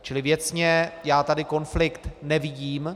Čili věcně já tady konflikt nevidím.